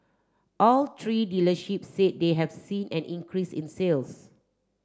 all three dealerships said they have seen an increase in sales